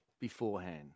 beforehand